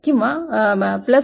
किंवा jbeta D